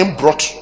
brought